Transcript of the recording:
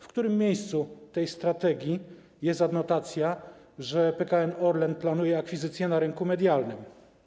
W którym miejscu tej strategii jest adnotacja, że PKN Orlen planuje akwizycję na rynku medialnym?